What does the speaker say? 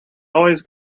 always